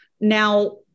Now